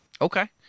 Okay